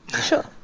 Sure